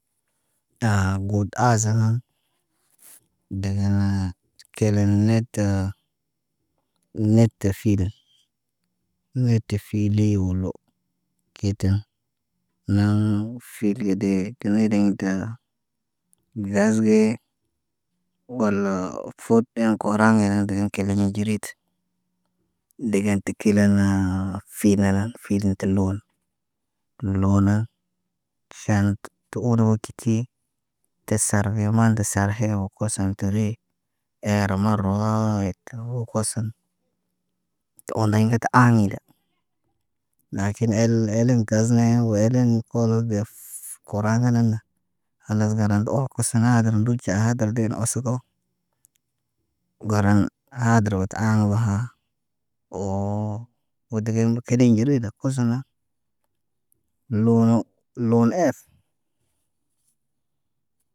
Taa got aazan nun, degen kelen netə netə fiidin, neete filee wolo kiten. Nəə file deet tenedeɲ ta. Gaz ge, ɓal fot en koraŋg gena degen keleɲa ɟirit. Degen ti kelen fenelan, filen tə loon. Loona ʃaan tə olo tə ti. Tə sar ge mande sarhe wo kosoŋg tə ri. Er marawaayit wo koson. Tə ondey kə ta aanida. Lakin el, eleŋg gaz ne waydin kol bef kora naanena. Hanas garan tə oho ksnaa dər ndun ɟa. Caa hader de osgo. Garan hadər wo tə aaɲe woha. Woo, wo digen kedeɲ ye rida kosoŋga, lono, loon ef.